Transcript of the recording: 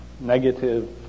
negative